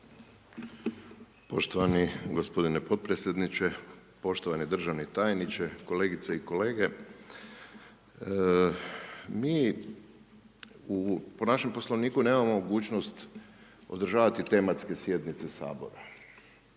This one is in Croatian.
Poštovani gospodine potpredsjedniče, poštovani državni tajniče, kolegice i kolege. Mi u, po našem Poslovniku nemamo mogućnost održavati tematske sjednice Sabora,